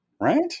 Right